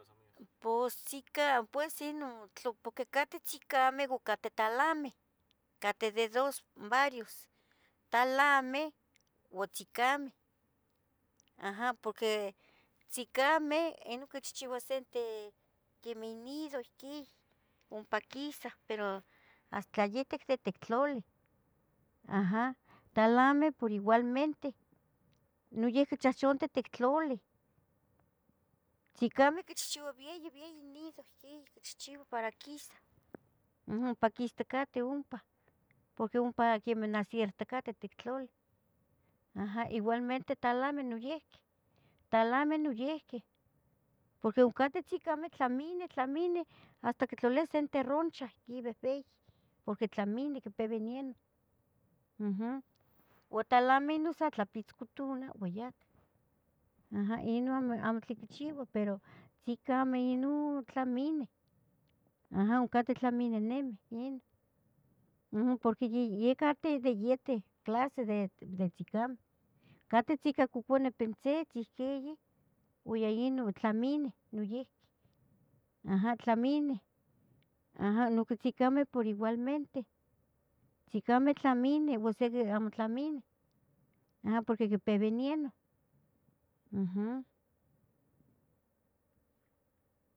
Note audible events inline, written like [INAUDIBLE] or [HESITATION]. [HESITATION] Porque cateh tzicameh uan cateh talameh. Cateh de dos varios, talameh uo tzicameh, ajam porque tzicameh inon quichehcheuah sente quemeh nido ihquin ompa quisah, pero tla yeteh yetec tlali ajam, talameh por igualmente, noyiuqui chachantoc ihtic tlali. Chicameh quichihchiva vieyi, vieyi nido ihquiyi icchichiva para quisah ompa quisticateh ompa porque ompa naciestecateh nah itic in tlali. Igualmente talaveh, talameh noyihqui porque oncateh tzicameh tlamineh, tlemineh hasta quitlaliah sente roncha ihquin vehveyi porque tlamineh, quipeyah venieno ajam. O talameh inon san tlaquichcotonah van yaveh inon amo tlin quichiuah, pero tzicameh inon tlaminah aja cateh tlaminenemeh porque cateh de yente clase de tzicameh. Cateh tzicacoconeh peltzetzeh iquiyih uo ya inon tlaminah, aja, tlamineh, aja noyiuqui tzicameh por igualmente, tzicameh tlamineh ocsiqueh amo tlamineh porque aquipeyah vienenoh, ajam.